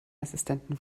assistenten